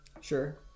Sure